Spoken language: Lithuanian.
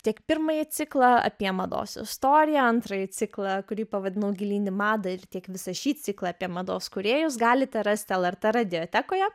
tiek pirmąjį ciklą apie mados istoriją antrąjį ciklą kurį pavadinau gilyn į madą ir tiek visą šį ciklą apie mados kūrėjus galite rasti lrt radiotekoje